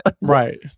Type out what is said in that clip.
right